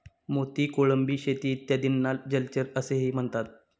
मोती, कोळंबी शेती इत्यादींना जलचर असेही म्हणतात